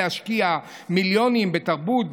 להשקיע מיליונים בתרבות,